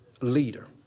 leader